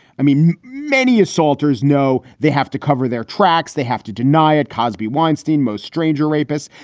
i mean, many assaulters know they have to cover their tracks. they have to deny it. cosby, weinstein, most stranger rapists.